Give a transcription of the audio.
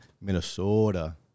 Minnesota